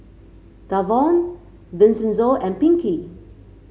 Davon Vincenzo and Pinkey